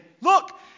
look